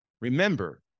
Remember